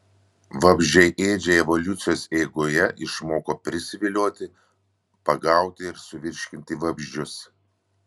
vabzdžiaėdžiai evoliucijos eigoje išmoko prisivilioti pagauti ir suvirškinti vabzdžius